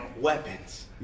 Weapons